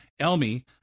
Elmi